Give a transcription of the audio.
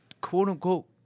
quote-unquote